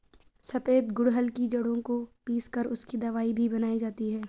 सफेद गुड़हल की जड़ों को पीस कर उसकी दवाई भी बनाई जाती है